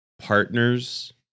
partners